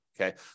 Okay